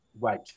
Right